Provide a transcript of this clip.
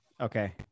Okay